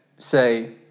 say